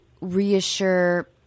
reassure